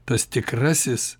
tas tikrasis